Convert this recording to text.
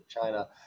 China